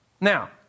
Now